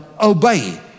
obey